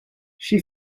she